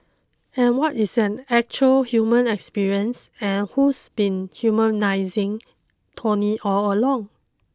and what is an actual human experience and who's been humanising Tony all along